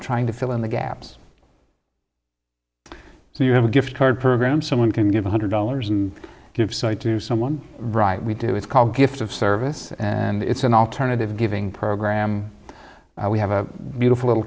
trying to fill in the gaps so you have a gift card program someone can give one hundred dollars and give it to someone right we do it's called gift of service and it's an alternative giving program we have a beautiful little